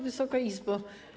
Wysoka Izbo!